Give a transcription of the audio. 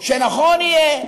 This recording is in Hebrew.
שנכון יהיה